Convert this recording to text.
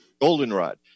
Goldenrod